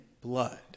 blood